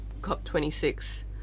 COP26